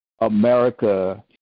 America